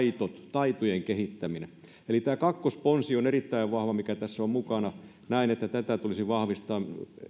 taitojen kehittämisen eli tämä kakkosponsi on erittäin vahva mikä tässä on mukana näen että tätä tulisi vahvistaa